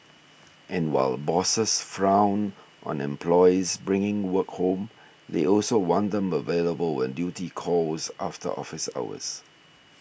and while bosses frown on employees bringing work home they also want them available when duty calls after office hours